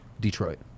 Detroit